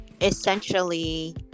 essentially